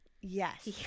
Yes